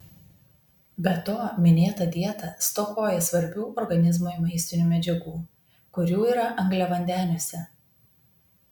be to minėta dieta stokoja svarbių organizmui maistinių medžiagų kurių yra angliavandeniuose